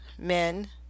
men